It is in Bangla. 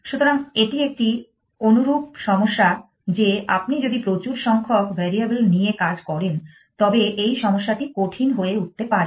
সুতরাং এটি একটি অনুরূপ সমস্যা যে আপনি যদি প্রচুর সংখ্যক variable নিয়ে কাজ করেন তবে এই সমস্যাটি কঠিন হয়ে উঠতে পারে